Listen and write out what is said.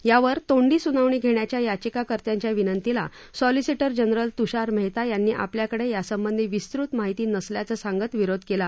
यावर तोंडी सुनावणी घेण्याच्या याचिका कर्त्यांच्या विनंतीला महाधिवक्ता तुषार मेहता यांनी आपल्याकडे यासंबंधी विस्तृत माहिती नसल्याचं सांगत विरोध केला